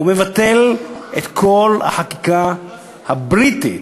ומבטל את כל החקיקה הבריטית,